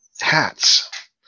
hats